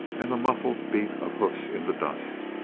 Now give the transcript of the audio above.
and the muffled beat of hoofs in the dust.